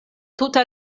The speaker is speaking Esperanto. tuta